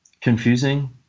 Confusing